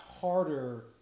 harder